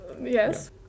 Yes